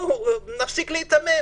בואו נפסיק להיתמם,